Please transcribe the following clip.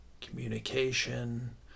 communication